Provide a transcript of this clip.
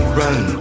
run